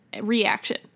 reaction